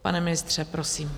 Pane ministře, prosím.